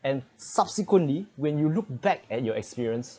and subsequently when you look back at your experience